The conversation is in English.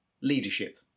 leadership